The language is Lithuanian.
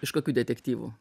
iš kokių detektyvų